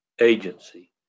agency